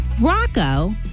Rocco